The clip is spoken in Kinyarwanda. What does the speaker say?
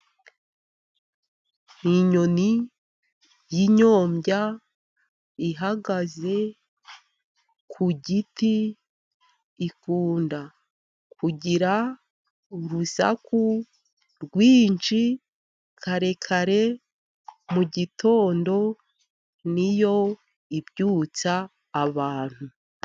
Ni inyoni y'inyombya ihagaze ku giti ikunda kugira urusaku rwinshi kare kare mu gitondo niyo ibyutsa abantu.